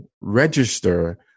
register